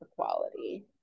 equality